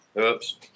Oops